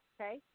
okay